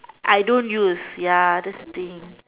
I don't use ya that's the thing